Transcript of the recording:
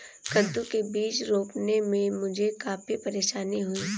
कद्दू के बीज रोपने में मुझे काफी परेशानी हुई